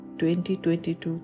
2022